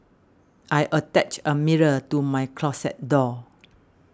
I attached a mirror to my closet door